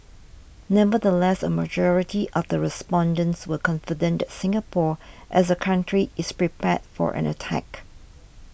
nevertheless a majority of the respondents were confident that Singapore as a country is prepared for an attack